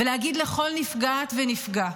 ולהגיד לכל נפגעת ונפגע: